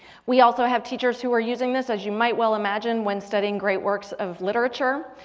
we also have teachers who are using this as you might well imagine when studying great works of literature.